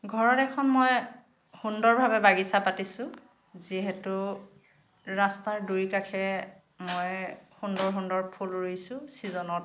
ঘৰত এখন মই সুন্দৰভাৱে বাগিছা পাতিছোঁ যিহেতু ৰাস্তাৰ দুয়োকাষে মই সুন্দৰ সুন্দৰ ফুল ৰুইছোঁ চিজনত